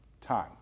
time